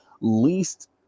least